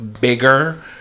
bigger